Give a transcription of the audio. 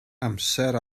amser